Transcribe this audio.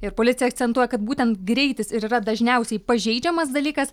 ir policija akcentuoja kad būtent greitis ir yra dažniausiai pažeidžiamas dalykas